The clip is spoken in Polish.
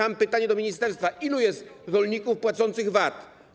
Mam pytanie do ministerstwa: Ilu jest rolników płacących VAT?